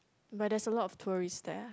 but there's a lot of tourist there